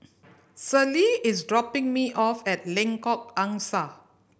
Celie is dropping me off at Lengkok Angsa